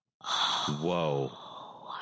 whoa